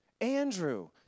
Andrew